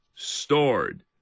stored